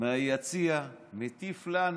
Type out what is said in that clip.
מהיציע מטיף לנו.